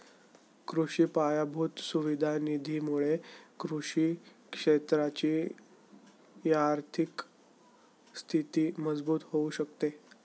कृषि पायाभूत सुविधा निधी मुळे कृषि क्षेत्राची आर्थिक स्थिती मजबूत होऊ शकते